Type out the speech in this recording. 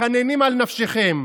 מתחננים על נפשכם.